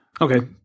Okay